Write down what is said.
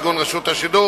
כגון רשות השידור,